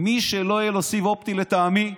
מי שלא יהיה לו סיב אופטי, לטעמי,